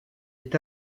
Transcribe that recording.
est